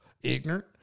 Ignorant